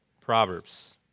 Proverbs